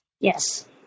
Yes